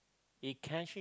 it can actually